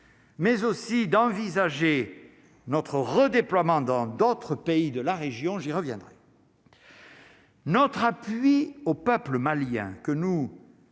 mais aussi d'envisager notre redéploiement dans d'autres pays de la région, j'y reviendrai. Notre appui au peuple malien que nous